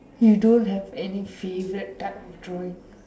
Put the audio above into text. you don't have any favourite type of drawing